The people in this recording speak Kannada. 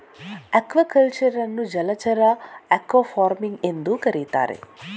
ಅಕ್ವಾಕಲ್ಚರ್ ಅನ್ನು ಜಲಚರ ಅಕ್ವಾಫಾರ್ಮಿಂಗ್ ಎಂದೂ ಕರೆಯುತ್ತಾರೆ